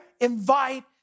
invite